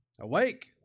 Awake